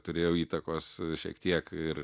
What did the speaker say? turėjau įtakos šiek tiek ir